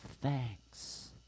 thanks